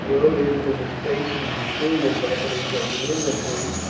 rode into the spaces between the companies of the infantry,